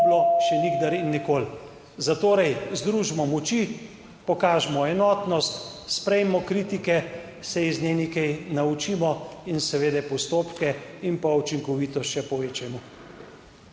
bilo še nikdar in nikoli. Zatorej združimo moči, pokažimo enotnost, sprejmimo kritike, se iz nje nekaj naučimo in seveda postopke in pa učinkovitost še povečajmo.